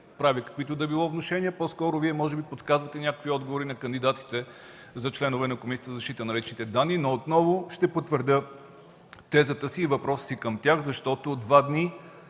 правя каквито и да било внушения, по-скоро Вие може би подсказвате някакви отговори на кандидатите за членове на Комисията за защита на личните данни. Отново ще потвърдя тезата и въпроса си към тях, защото от два дни